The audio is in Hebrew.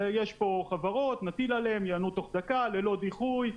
יש פה חברות, נטיל עליהן, יענו תוך דקה ללא דיחוי.